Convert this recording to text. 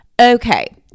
Okay